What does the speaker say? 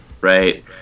Right